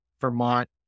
Vermont